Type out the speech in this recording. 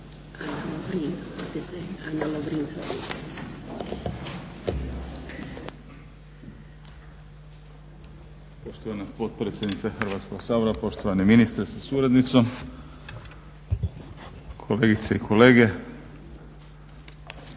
uvaženi ministre sa suradnicima, kolegice i kolege